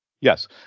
Yes